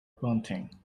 bunting